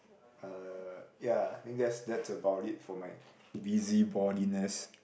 uh ya I think that's that's about it for my busybodyness